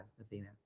Athena